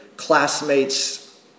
classmates